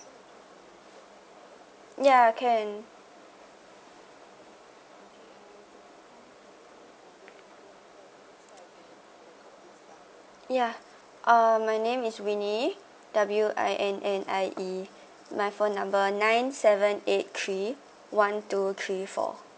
yeah can yeah uh my name is winnie W I N N I E my phone number nine seven eight three one two three four